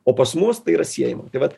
o pas mus tai yra siejama tai vat